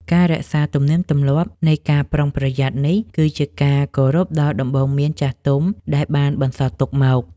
ការរក្សាទំនៀមទម្លាប់នៃការប្រុងប្រយ័ត្ននេះគឺជាការគោរពដល់ដំបូន្មានចាស់ទុំដែលបានបន្សល់ទុកមក។